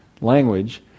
language